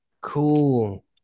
Cool